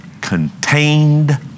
contained